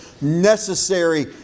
necessary